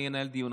אני אנהל דיון.